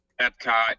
Epcot